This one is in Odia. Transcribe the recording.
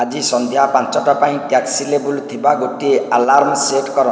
ଆଜି ସନ୍ଧ୍ୟା ପାଞ୍ଚଟା ପାଇଁ ଟ୍ୟାକ୍ସି ଲେବଲ୍ ଥିବା ଗୋଟିଏ ଆଲାର୍ମ୍ ସେଟ୍ କର